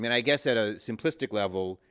mean, i guess at a simplistic level,